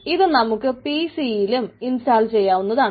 ഇത് നമുക്ക് PC യിലും ഇൻസ്റ്റാൾ ചെയ്യാവുന്നതാണ്